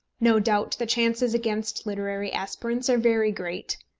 no doubt the chances against literary aspirants are very great.